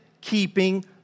keeping